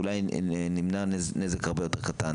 אולי נמנע נזק הרבה יותר גדול.